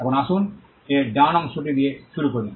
এখন আসুন এর ডান অংশটি দিয়ে শুরু করি